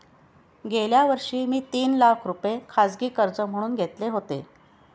गेल्या वर्षी मी तीन लाख रुपये खाजगी कर्ज म्हणून घेतले होते